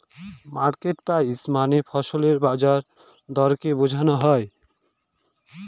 market price মানে ফসলের বাজার দরকে বোঝনো হয়